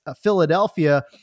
Philadelphia